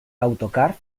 autocar